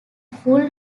full